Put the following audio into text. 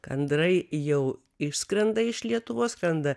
gandrai jau išskrenda iš lietuvos skrenda